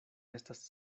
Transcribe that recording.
estas